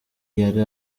yari